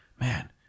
man